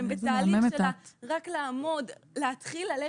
-- והם בתהליך של רק לעמוד, להתחיל ללכת.